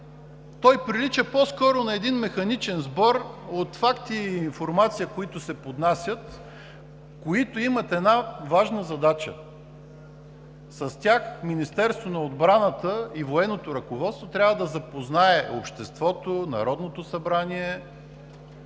Той прилича по-скоро на един механичен сбор от факти и информация, които се поднасят, които имат една важна задача – с тях Министерството на отбраната и военното ръководство трябва да запознае обществото, Народното събрание